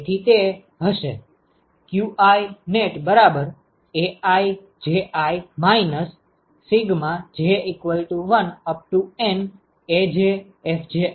તેથી તે હશે qinetAiJi J1N AjFjiJj હશે